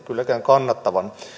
kannattavan